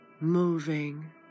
moving